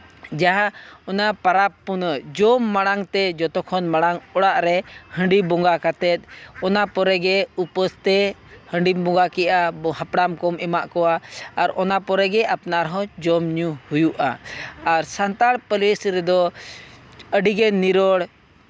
ᱡᱟᱦᱟᱸ ᱚᱱᱟ ᱯᱟᱨᱟᱵᱽᱼᱯᱩᱱᱟᱹᱭ ᱡᱚᱢ ᱢᱟᱲᱟᱝᱛᱮ ᱡᱚᱛᱚ ᱠᱷᱚᱱ ᱢᱟᱲᱟᱝ ᱚᱲᱟᱜ ᱨᱮ ᱦᱟᱺᱰᱤ ᱵᱚᱸᱜᱟ ᱠᱟᱛᱮᱫ ᱚᱱᱟ ᱯᱚᱨᱮᱜᱮ ᱩᱯᱟᱹᱥᱛᱮ ᱦᱟᱺᱰᱤᱢ ᱵᱚᱸᱜᱟ ᱠᱮᱜᱼᱟ ᱦᱟᱯᱲᱟᱢ ᱠᱚᱢ ᱮᱢᱟᱫ ᱠᱚᱣᱟ ᱟᱨ ᱚᱱᱟ ᱯᱚᱨᱮᱜᱮ ᱟᱯᱱᱟᱨ ᱦᱚᱸ ᱡᱚᱢᱼᱧᱩ ᱦᱩᱭᱩᱜᱼᱟ ᱟᱨ ᱥᱟᱱᱛᱟᱲ ᱯᱟᱹᱨᱤᱥ ᱨᱮᱫᱚ ᱟᱹᱰᱤᱜᱮ ᱱᱤᱨᱚᱲ